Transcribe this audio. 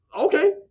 okay